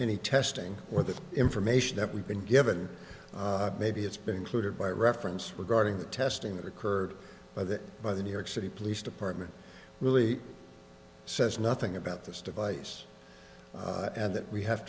any testing or the information that we've been given maybe it's been included by reference regarding the testing that occurred by the by the new york city police department really says nothing about this device and that we have